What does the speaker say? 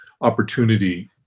opportunity